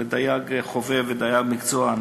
לדייג חובב ולדייג מקצוען,